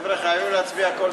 אני מצביע ידנית.